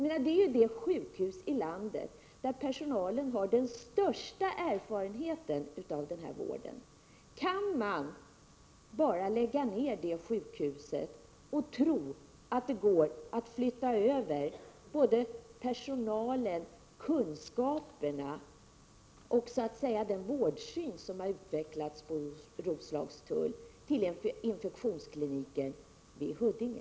Det är ju det sjukhus i landet där personalen har den största erfarenheten av denna typ av vård. Kan man bara lägga ned detta sjukhus och tro att det går att flytta över både personalen, kunskaperna och den vårdsyn som har utvecklats på Roslagstulls sjukhus till infektionskliniken vid Huddinge?